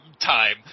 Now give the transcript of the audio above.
time